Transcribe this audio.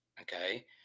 okay